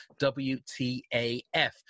WTAF